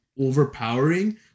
overpowering